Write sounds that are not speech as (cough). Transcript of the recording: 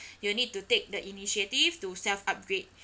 (breath) you need to take the initiative to self upgrade